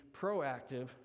proactive